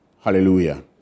hallelujah